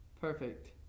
perfect